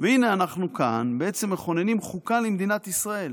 --- והינה כאן אנחנו בעצם מכוננים חוקה למדינת ישראל.